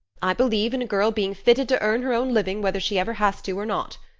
i believe in a girl being fitted to earn her own living whether she ever has to or not.